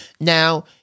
Now